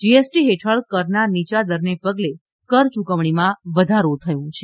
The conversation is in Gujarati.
જીએસટી હેઠળ કરના નીયા દરને પગલે કર યૂકવણીમાં વધારો થયો છે